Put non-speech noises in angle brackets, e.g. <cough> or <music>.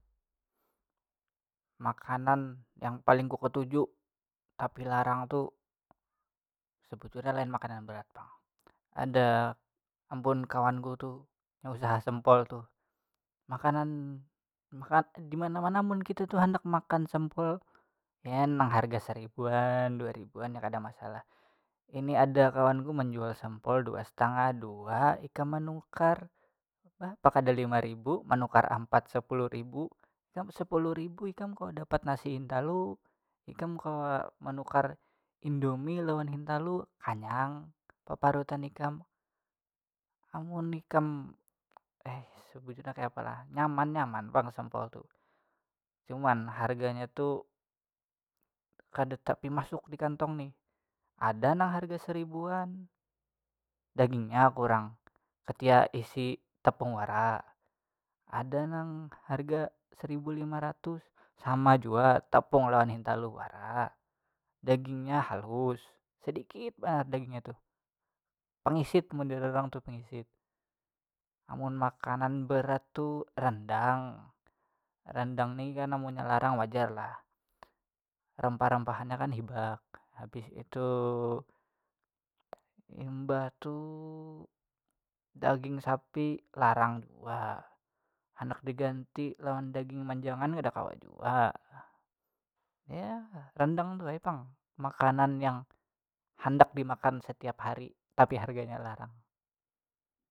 Makanan yang paling ku katuju tapi larang tu sebujurnya lain makanan berat pang ada ampun kawanku tuh inya usaha sempol tuh makanan makan <hesitation> di mana mana mun kita tu handak makan sempol biar nang harga seribuan dua ribuan ya kada masalah ini ada kawanku manjual sempol dua satangah dua ikam manukar apa kada lima ribu manukar ampat sepuluh ribu ikam sepuluh ribu ikam kawa dapat nasi hintalu ikam kawa manukar indomie lawan hintalu kanyang paparutan ikam amun ikam <hesitation> sabujurnya kayapa lah nyaman nyaman pang sempol tu cuman harganya tu kada tapi masuk di kantong nih ada nang harga seribuan dagingnya kurang katiya isi tepung wara ada nang harga seribu lima ratus sama jua tepung lawan hintalu wara dagingnya halus sedikit banar dagingnya tuh pangisit model urang tuh pangisit amun makanan berat tuh rendang rendang nih kan amunnya larang wajar lah rempah rempahannya kan hibak habis itu <hesitation> imbah tu daging sapi larang jua handak diganti lawan daging menjangan kada kawa jua ya rendang tu ai pang makanan yang handak dimakan setiap hari tapi harganya larang.